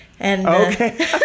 Okay